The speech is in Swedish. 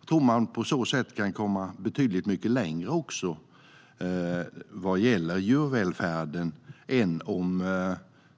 Jag tror att man på så sätt kan komma betydligt mycket längre vad gäller djurvälfärden än om